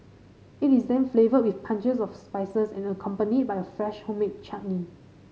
it is then flavoured with punches of spices and accompanied by a fresh homemade chutney